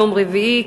יום רביעי,